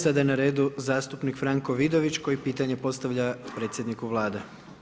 Sada je na redu zastupnik Franko Vidović koji pitanje postavlja predsjedniku Vlade.